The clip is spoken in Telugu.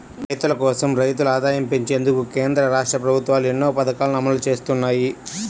రైతుల కోసం, రైతుల ఆదాయం పెంచేందుకు కేంద్ర, రాష్ట్ర ప్రభుత్వాలు ఎన్నో పథకాలను అమలు చేస్తున్నాయి